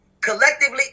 collectively